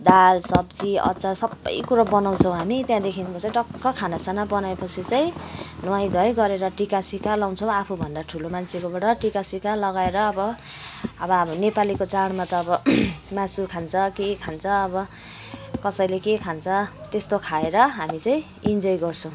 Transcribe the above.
दाल सब्जी अचार सबै कुरो बनाउँछौँ हामी त्याँदेखिको चाहिँ टक्क खाना साना बनाएपछि चाहिँ नुहाइ धुवाइ गरेर टीका सिका लाउँछौँ आफुभन्दा ठुलो मान्छेकोबाट टीका सिका लगाएर अब अब हामी नेपालीको चाडमा त अब मासु खान्छ के खान्छ अब कसैले के खान्छ त्यस्तो खाएर हामी चाहिँ इन्जय गर्छौँ